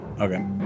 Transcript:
Okay